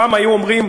פעם היו אומרים,